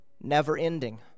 never-ending